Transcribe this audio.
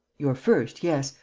your first, yes,